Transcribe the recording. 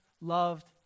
loved